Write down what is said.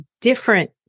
different